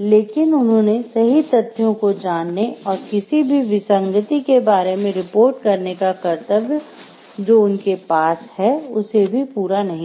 लेकिन उन्होंने सही तथ्यों को जानने और किसी भी विसंगति के बारे में रिपोर्ट करने का कर्तव्य जो उनके पास है उसे भी पूरा नहीं किया